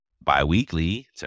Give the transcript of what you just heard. biweekly